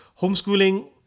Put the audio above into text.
homeschooling